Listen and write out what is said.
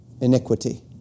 iniquity